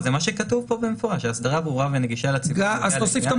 זה מה שכתוב פה במפורש: "אסדרה ברורה ונגישה לציבור ונקבעת